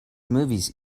movies